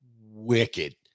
wicked